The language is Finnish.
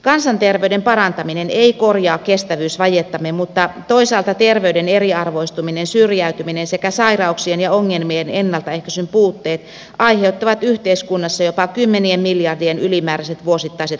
kansanterveyden parantaminen ei korjaa kestävyysvajettamme mutta toisaalta terveyden eriarvoistuminen syrjäytyminen sekä sairauksien ja ongelmien ennaltaehkäisyn puutteet aiheuttavat yhteiskunnassa jopa kymmenien miljardien ylimääräiset vuosittaiset kokonaiskustannukset